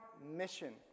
mission